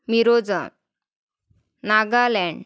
Mizoram Nagaland